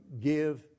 give